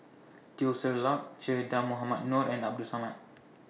Teo Ser Luck Che Dah Mohamed Noor and Abdul Samad